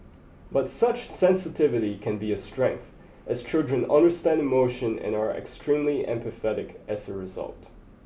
but such sensitivity can be a strength as children understand emotion and are extremely empathetic as a result